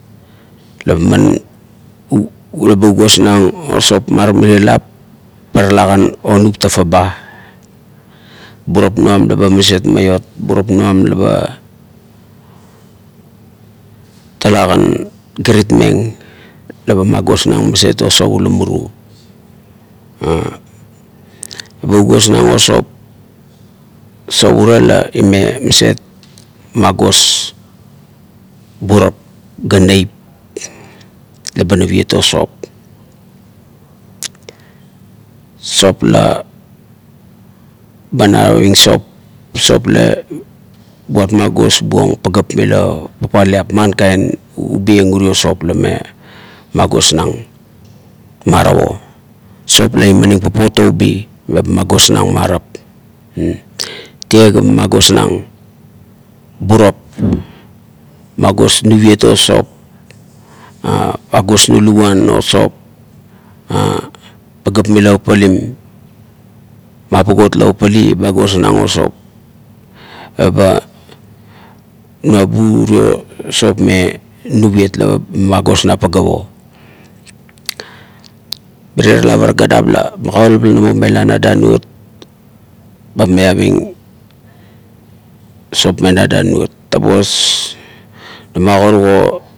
Le ba man eba ugosmeng o sop mirie lap talakan onup tafa ba, burap nuan la ba maset maiot, burap nuan la ba talakan giritmeng la ba magosmeng maset o sop ula muru eba ugosmeng o sop, sop urie la lain maset magos burap ga neit la ba naviet o sop, sop la buat magosbuong pagap mila papauliap man kain ubieng uro la name magosnang marap o. Sop la imaning papot o ubi la magosnang marap. tie ba magosnang burap, nuviet o sop. agosnang luguan o sop, pagap mila papalim. mapaga la papali ba agosnang o sop, eba nabun urie sop meba magosnang pagap o. Mirie ra lap ara ganam la magaulap la namo mela na danuot, ba miaving sop mena danuot. sapos leba karuk o.